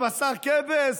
ובשר כבש,